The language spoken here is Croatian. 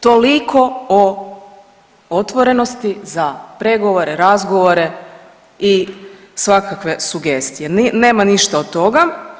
Toliko o otvorenosti za pregovore, razgovore i svakakve sugestije, nema ništa od toga.